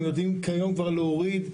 הם יודעים כיום כבר להוריד,